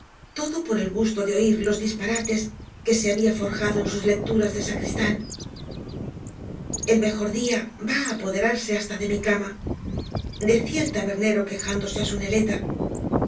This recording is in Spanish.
todo por el gusto de oír los disparates que se había forjado en bus lecturas de sacristán el mejor día va á apoderarse hasta de mi cama decía el tabernero quejándose